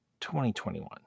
2021